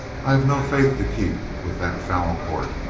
i have no faith to keep with that foul court.